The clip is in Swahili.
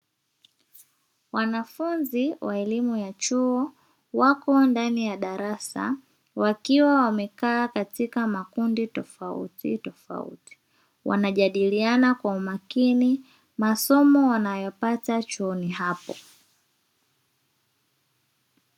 Wanafunzi wa elimu ya chuo wako ndani ya darasa, wakiwa wamekaa katika makundi tofauti tofauti; wanajadiliana kwa umakini masomo wanayopata chuoni hapo.